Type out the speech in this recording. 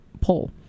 poll